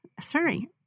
sorry